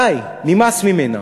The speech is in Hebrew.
די, נמאס ממנה.